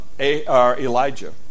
Elijah